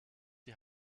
die